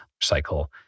cycle